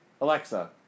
Alexa